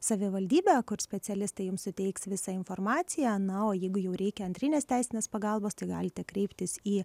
savivaldybę kur specialistai jums suteiks visą informaciją na o jeigu jau reikia antrinės teisinės pagalbos tai galite kreiptis į